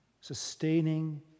sustaining